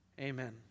Amen